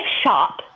shop